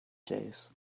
jays